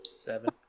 Seven